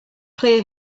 clear